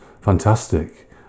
Fantastic